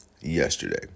yesterday